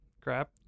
crap